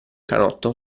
canotto